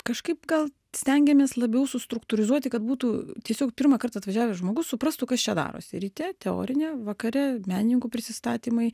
kažkaip gal stengėmės labiau sustruktūrizuoti kad būtų tiesiog pirmąkart atvažiavęs žmogus suprastų kas čia darosi ryte teorinė vakare menininkų prisistatymai